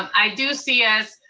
i do see us.